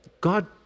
God